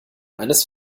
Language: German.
eines